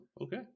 okay